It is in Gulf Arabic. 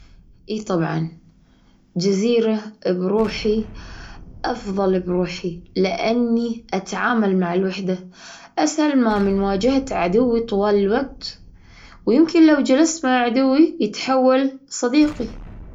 إي طبعًا جزيرة بروحي أفظل بروحي، لأني أتعامل مع الوحدة، أسهل ما من مواجهة عدوي طول الوقت، ويمكن لو جلست مع عدوي يتحول صديقي.